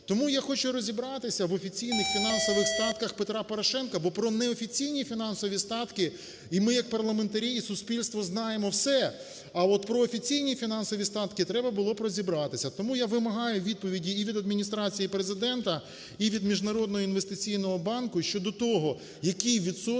Тому я хочу розібратися в офіційних фінансових статках Петра Порошенка, бо про неофіційні фінансові статки і ми як парламентарі, і суспільство знаємо все, а от про офіційні фінансові статки треба було б розібратися. Тому я вимагаю відповіді і від Адміністрації Президента, і від Міжнародного інвестиційного банку щодо того, який відсоток